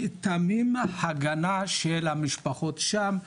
מטעמי הגנה על המשפחות שם,